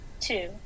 two